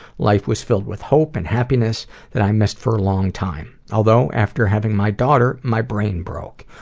life was filled with hope and happiness that i missed for a long time although, after having my daughter, my brain broke.